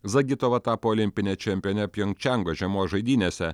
zagitova tapo olimpine čempione pjongčiango žiemos žaidynėse